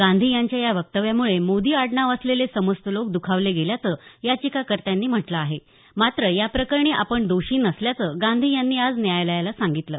गांधी यांच्या या वक्तव्यामुळे मोदी आडनाव असलेले समस्त लोक दखावले गेल्याचं याचिकाकर्त्यांने म्हटलं आहे मात्र या प्रकरणी आपण दोषी नसल्याचं गांधी यांनी आज न्यायालयाला सांगितलं